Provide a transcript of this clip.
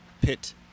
pit